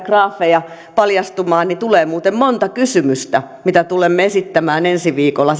graafeja paljastumaan niin tulee muuten monta kysymystä mitä tulemme esittämään sitten ensi viikolla